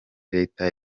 leta